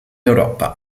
europa